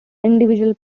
individual